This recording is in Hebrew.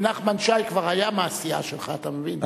כי נחמן שי כבר היה מהסיעה שלך, אתה מבין?